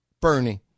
Bernie